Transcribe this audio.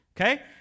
Okay